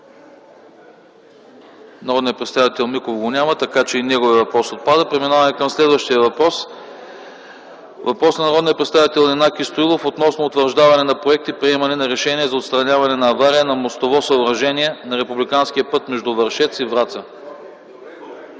Народният представител Миков го няма, така че и неговият въпрос отпада. Преминаваме към следващ въпрос – въпрос на народния представител Янаки Стоилов, относно утвърждаване на проект и приемане на решение за отстраняване на авария на мостово съоръжение на републиканския път между Вършец и Враца.